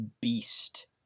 beast